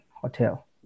Hotel